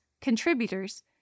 Contributors